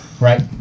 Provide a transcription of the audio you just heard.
right